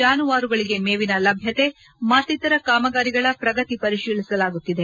ಜಾನುವಾರುಗಳಿಗೆ ಮೇವಿನ ಲಭ್ಯತೆ ಮತ್ತಿತರ ಕಾಮಗಾರಿಗಳ ಪ್ರಗತಿ ಪರಿಶೀಲಿಸಲಾಗುತ್ತಿದೆ